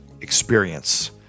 experience